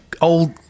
old